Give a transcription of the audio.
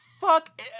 fuck